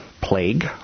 plague